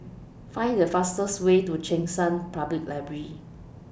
Find The fastest Way to Cheng San Public Library